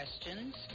questions